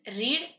read